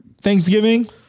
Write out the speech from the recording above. Thanksgiving